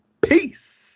Peace